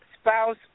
spouse